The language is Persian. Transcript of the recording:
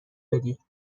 بدی